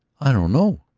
i don't know,